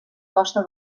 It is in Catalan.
costa